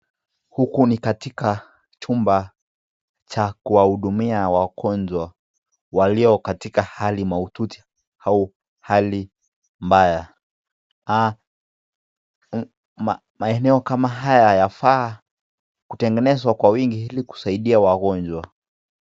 Huku ni katika, chumba, cha kuwahudumia wakonjwa, walio katika hali mahututi au hali mbaya, ha, maeneo kama haya yafaa, kutengenezwa kwa wingi hili kusaidia wagonjwa.